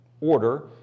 order